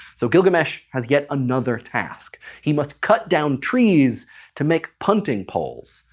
so gilgamesh has yet another task he must cut down trees to make punting poles.